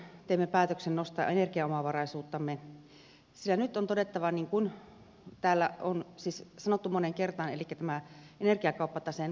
teemme päätöksen nostaa energiaomavaraisuuttamme sillä nyt on todettava niin kuin täällä on sanottu moneen kertaan elikkä energiakauppataseen vaje